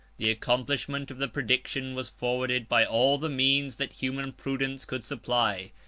the accomplishment of the prediction was forwarded by all the means that human prudence could supply.